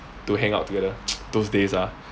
to hang out together those days ah